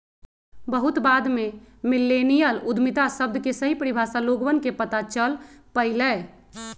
बहुत बाद में मिल्लेनियल उद्यमिता शब्द के सही परिभाषा लोगवन के पता चल पईलय